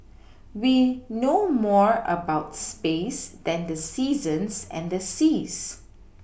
we know more about space than the seasons and the seas